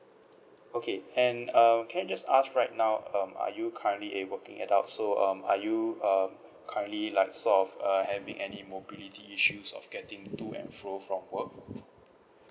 okay and uh can I just ask right now um are you currently a working adult so um are you uh currently like sort of uh having any mobility issues of getting to and fro from work